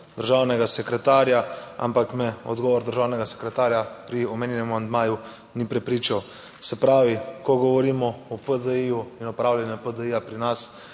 državnega sekretarja, ampak me odgovor državnega sekretarja pri omenjenem amandmaju ni prepričal. Se pravi, ko govorimo o PDI in opravljanju PD pri nas